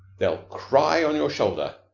they'll cry on your shoulder.